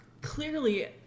clearly